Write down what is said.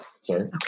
sorry